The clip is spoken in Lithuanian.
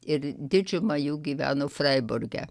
ir didžiuma jų gyveno fraiburge